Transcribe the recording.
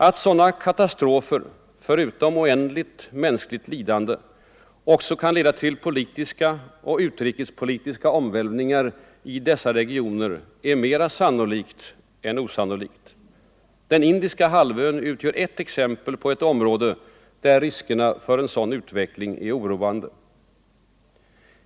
Att sådana katastrofer förutom oändligt mänskligt lidande också kan leda till politiska och utrikespolitiska omvälvningar i dessa regioner är mera sannolikt än osannolikt. Den indiska halvön utgör ett exempel på ett sådant område där riskerna är oroande.